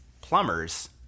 plumbers